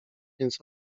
więc